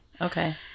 Okay